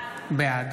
בעד